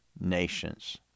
nations